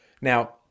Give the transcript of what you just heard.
Now